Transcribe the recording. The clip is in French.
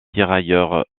tirailleurs